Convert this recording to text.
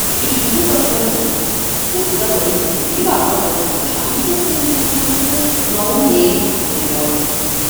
iš visų pašalių taip savo iniciatyvą pavadino šančiuose įsikūrusi no name studio